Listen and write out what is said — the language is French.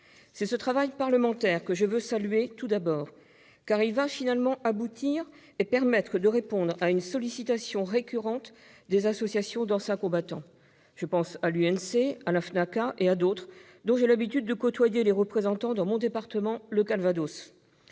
C'est ce travail parlementaire que je veux d'abord saluer, qui va finalement aboutir et permettre de répondre à une sollicitation récurrente des associations d'anciens combattants, telles que l'UNC, la FNACA et d'autres, dont j'ai l'habitude de côtoyer les représentants dans mon département, le Calvados.